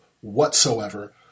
whatsoever